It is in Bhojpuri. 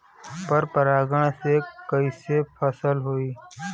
पर परागण से कईसे फसल होई?